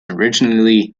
originally